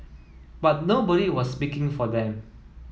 but nobody was speaking for them